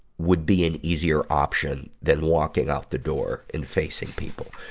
would be an easier option than walking out the door and facing people.